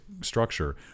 Structure